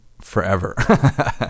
forever